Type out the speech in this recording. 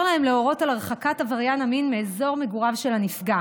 להם להורות על הרחקת עבריין המין מאזור מגוריו של הנפגע